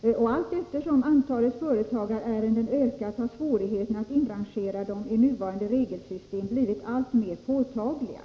och fortsätter: ”Allteftersom antalet företagarärenden ökat har svårigheterna att inrangera dem i nuvarande regelsystem blivit alltmer påtagliga.